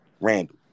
Randall